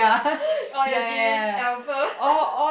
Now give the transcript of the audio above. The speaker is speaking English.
orh your album